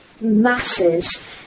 masses